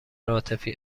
عاطفی